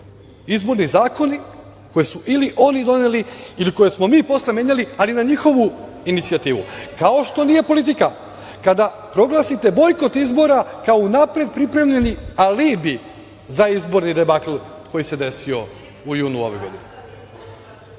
Izborni zakoni koje su ili oni doneli ili koje smo mi posle menjali na njihovu inicijativu, ali kao što nije politika kada proglasite bojkot izbora kao unapred pripremljeni alibi za izborni debakl koji se desio u junu ove